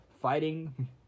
fighting